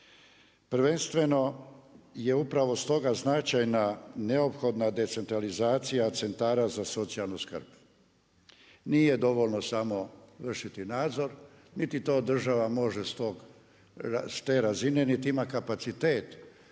Prvenstveno je upravo stoga značajna neophodna decentralizacija centara za socijalnu skrb. Nije dovoljno samo vršiti nadzor niti to država može s te razine, niti ima kapacitet